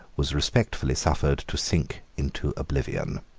was respectfully suffered to sink into oblivion.